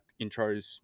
intros